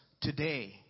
today